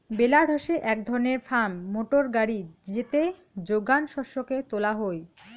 বেলার হসে এক ধরণের ফার্ম মোটর গাড়ি যেতে যোগান শস্যকে তোলা হই